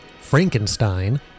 Frankenstein